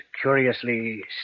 curiously